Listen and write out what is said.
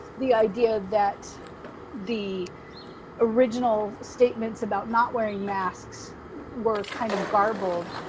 the idea that the original statements about not wearing masks were kind of garbled.